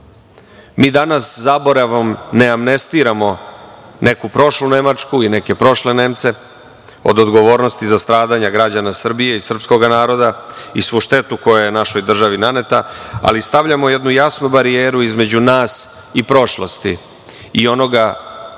danas zaboravom ne amnestiramo neku prošlu Nemačku i neke prošle Nemce od odgovornosti za stradanja građana Srbije i srpskoga naroda i svu štetu koja je našoj državi naneta, ali stavljamo jednu jasnu barijeru između nas i prošlosti i onoga što